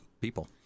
people